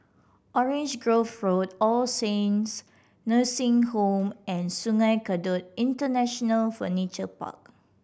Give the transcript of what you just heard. Orange Grove Road All Saints Nursing Home and Sungei Kadut International Furniture Park